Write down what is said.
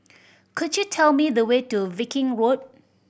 could you tell me the way to Viking Walk